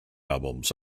albums